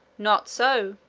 not so,